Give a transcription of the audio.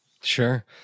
Sure